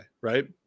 right